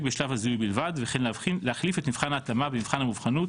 בשלב הזיהוי בלבד וכן להחליף את מבחן ההתאמה במבחן המובחנות